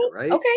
Okay